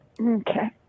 Okay